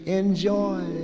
enjoy